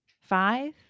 five